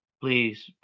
Please